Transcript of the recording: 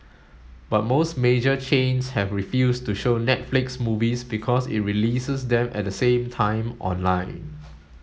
but most major chains have refused to show Netflix movies because it releases them at the same time online